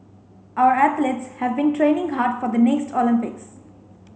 our athletes have been training hard for the next Olympics